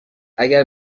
اگر